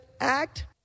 Act